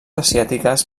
asiàtiques